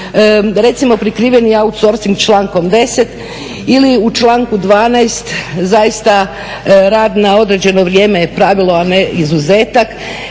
recimo, prikriveni outsourcing člankom 10. ili u članku 12. zaista rad na određeno vrijeme je pravilo, a ne izuzetak.